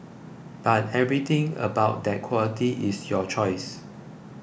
but everything about that quality is your choice